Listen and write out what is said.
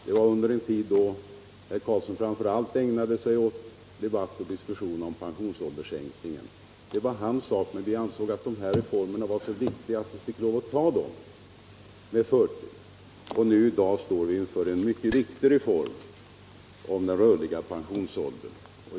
Det var under en tid då herr Carlsson framför allt ägnade sig åt debatt om pensionsålderssänkningen. Det var naturligtvis hans sak, men vi ansåg att dessa reformer var så viktiga att vi fick ta dem med förtur. I dag står vi inför den viktiga reformen om den rörliga pensionsåldern.